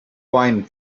wine